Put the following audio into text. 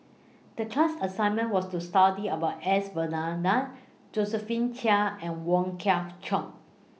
The class assignment was to study about S Varathan Josephine Chia and Wong Kwei Cheong